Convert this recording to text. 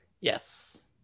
Yes